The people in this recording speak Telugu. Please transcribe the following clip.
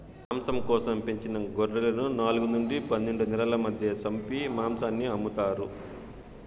మాంసం కోసం పెంచిన గొర్రెలను నాలుగు నుండి పన్నెండు నెలల మధ్య సంపి మాంసాన్ని అమ్ముతారు